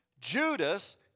Judas